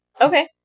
Okay